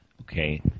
Okay